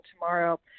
tomorrow